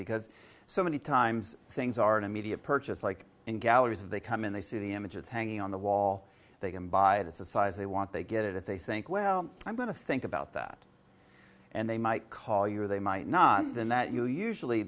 because so many times things are in immediate purchase like in galleries they come in they see the images hanging on the wall they can buy it it's a size they want they get it they think well i'm going to think about that and they might call you or they might not then that you usually